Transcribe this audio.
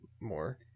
more